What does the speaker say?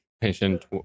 patient